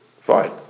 Fine